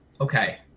Okay